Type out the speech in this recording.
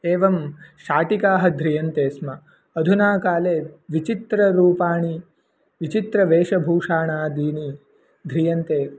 एवं शाटिकाः ध्रियन्ते स्म अधुना काले विचित्ररूपाणि विचित्रवेषभूषाणादीनि ध्रियन्ते